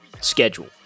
schedule